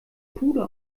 puder